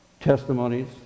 testimonies